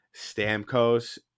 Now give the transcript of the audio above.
Stamkos